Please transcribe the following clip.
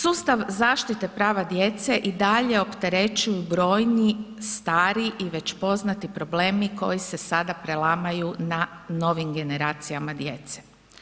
Sustav zaštite prava djece i dalje opterećuju brojni stari i već poznati problemi koji se sada prelamaju na novim generacijama djece.